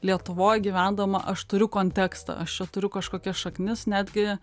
lietuvoj gyvendama aš turiu kontekstą aš čia turiu kažkokias šaknis netgi